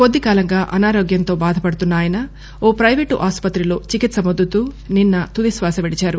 కొద్దికాలంగా అనారోగ్యంతో బాధపడుతున్న ఆయన ఓ ప్రిపేటు ఆస్పత్రిలో చికిత్సవొందుతూ నిన్స తుదిశ్వాస విడిచారు